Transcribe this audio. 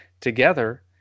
together